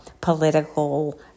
political